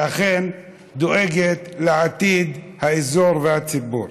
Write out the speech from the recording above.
שאכן דואגת לעתיד האזור והציבור.